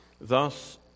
Thus